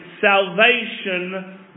salvation